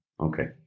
Okay